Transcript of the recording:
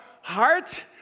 heart